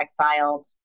exiled